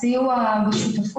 243 מיליון שקל,